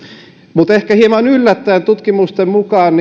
mutta ehkä hieman yllättäen tutkimusten mukaan